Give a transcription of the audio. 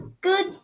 Good